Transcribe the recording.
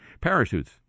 Parachutes